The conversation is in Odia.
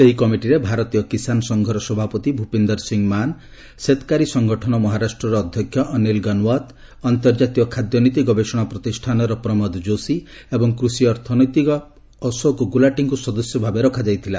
ସେହି କମିଟିରେ ଭାରତୀୟ କିଶାନ ସଂଘର ସଭାପତି ଭୂପିନ୍ଦର ସିଂହ ମାନ ସେତ୍କାରୀ ସଂଗଠନ ମହାରାଷ୍ଟ୍ରର ଅଧ୍ୟକ୍ଷ ଅନିଲ ଗନୱାତ ଅର୍ନ୍ତକାତୀୟ ଖାଦ୍ୟନୀତି ଗବେଷଣା ପ୍ରତିଷ୍ଠାନର ପ୍ରମୋଦ ଯୋଶୀ ଏବଂ କୃଷି ଅର୍ଥନୈତିଜ୍ଞ ଅଶୋକ ଗୁଲାଟିଙ୍କୁ ସଦସ୍ୟ ଭାବେ ରଖାଯାଇଥିଲା